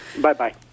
Bye-bye